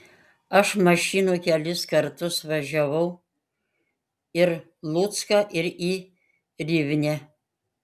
aš mašinų kelis kartus važiavau ir lucką ir į rivnę